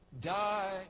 die